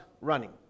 running